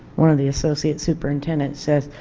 one of the associate superintendents said,